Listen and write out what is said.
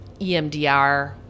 EMDR